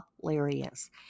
hilarious